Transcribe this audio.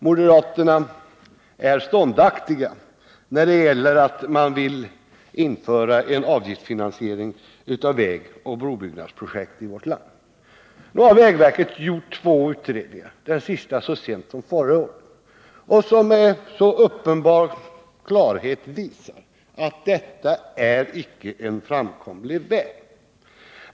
Moderaterna är ståndaktiga i sitt krav på att införa avgiftsfinansiering av vägoch brobyggnadsprojekt i landet. Nu har vägverket gjort två utredningar, den senaste så sent som förra året. Dessa har helt klart visat att detta inte ären framkomlig väg.